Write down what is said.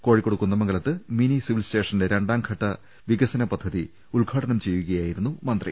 കോഴിക്കോട് കുന്ദമംഗലത്ത് മിനി സിവിൽസ്റ്റേഷന്റെ രണ്ടാം ഘട്ട വികസന പദ്ധതി ഉദ്ഘാടനം ചെയ്യുകയായിരുന്നു മന്ത്രി